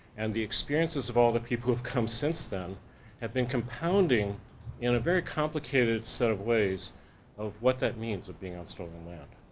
and the experiences of all the people have come since then have been compounding in a very complicated set of ways of what that means of being on stolen land,